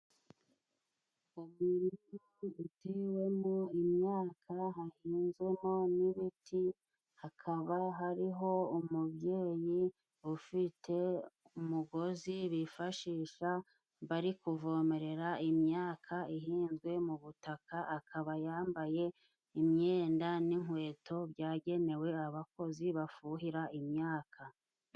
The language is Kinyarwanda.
Murima ututewemo imyaka hahinzwemo n'ibiti. Hakaba hariho umubyeyi ufite umugozi bifashisha, bari kuvomerera imyaka ihinzwe mu butaka. Akaba yambaye imyenda n'inkweto byagenewe abakozi bafuhira imyaka.